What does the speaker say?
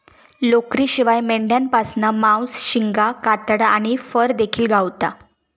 लोकरीशिवाय मेंढ्यांपासना मांस, शिंगा, कातडा आणि फर देखिल गावता